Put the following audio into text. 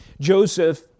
Joseph